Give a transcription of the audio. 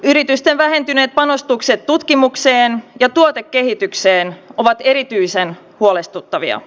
yritysten vähentyneet panostukset tutkimukseen ja tuotekehitykseen ovat erityisen huolestuttavia